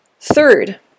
Third